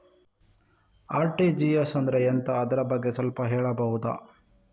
RTGS ಅಂದ್ರೆ ಎಂತ ಅದರ ಬಗ್ಗೆ ಸ್ವಲ್ಪ ಹೇಳಬಹುದ?